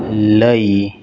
ਲਈ